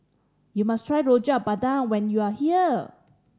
you must try Rojak Bandung when you are here